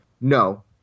No